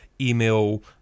email